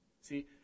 See